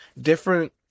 different